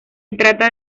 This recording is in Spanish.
trata